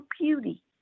beauty